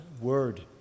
Word